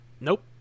Nope